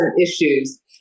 issues